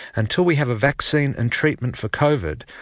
until we have a vaccine and treatment for covid,